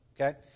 okay